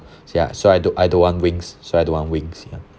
so ya so I don't I don't want wings so I don't want wings ya